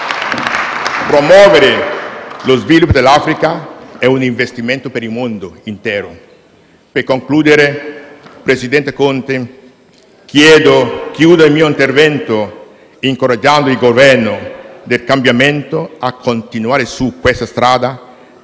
Promuovere lo sviluppo dell'Africa è un investimento per il mondo intero. Signor presidente Conte, concludo il mio intervento incoraggiando il Governo del cambiamento a continuare su questa strada